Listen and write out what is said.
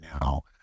now